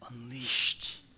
unleashed